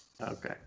Okay